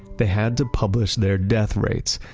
they had to publish their death rates.